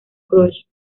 crush